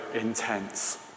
intense